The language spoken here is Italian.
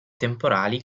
temporali